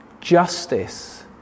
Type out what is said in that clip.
justice